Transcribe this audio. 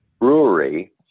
Brewery